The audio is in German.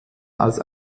als